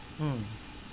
hmm